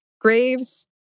graves